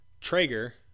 Traeger